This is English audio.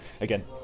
again